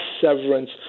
severance